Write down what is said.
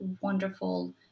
wonderful